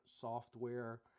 software